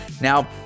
Now